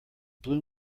bloom